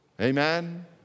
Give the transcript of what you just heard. Amen